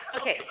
okay